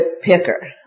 picker